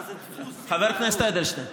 חבר הכנסת אדלשטיין,